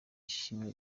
ishimwe